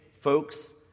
folks